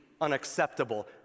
unacceptable